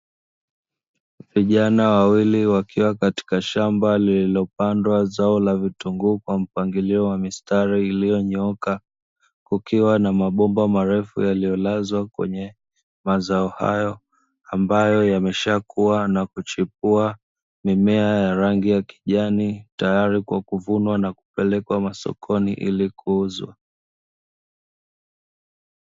Vijana wawili wakiwa katika shamba lililopandwa zao la vitunguu kwa mpangilio wa mistari iliyonyooka, kukiwa na mabomba marefu, yaliyolazwa kwenye mazao hayo, ambayo yameshakuwa na kuchipua mimea ya rangi ya kijani, tayari kwa kuvunwa na kupelekwa masokoni ili kuuzwa.